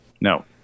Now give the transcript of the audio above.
No